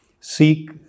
Seek